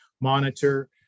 monitor